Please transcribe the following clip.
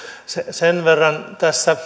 sen verran tässä